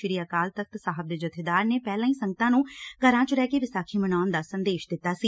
ਸ੍ਰੀ ਅਕਾਲ ਤਖ਼ਤ ਸਾਹਿਬ ਦੇ ਜੱਬੇਦਾਰ ਨੇ ਪਹਿਲਾਂ ਹੀ ਸੰਗਤਾਂ ਨੂੰ ਘਰਾ ਚ ਰਹਿ ਕੇ ਵਿਸਾਖੀ ਮਨਾਉਣ ਦਾ ਸੰਦੇਸ਼ ਦਿੱਤਾ ਸੀ